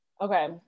Okay